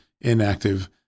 inactive